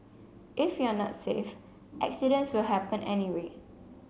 if you're not safe accidents will happen anyway